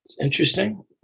interesting